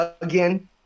again